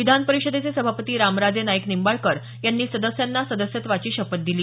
विधान परिषदेचे सभापती रामराजे नाईक निंबाळकर यांनी सदस्यांना सदस्यत्वाची शपथ दिली